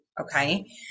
okay